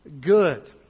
good